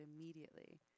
immediately